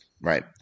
Right